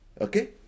Okay